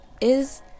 is-